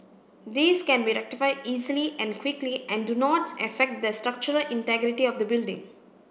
these can be rectified easily and quickly and do not affect the structural integrity of the building